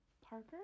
Parker